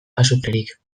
azukrerik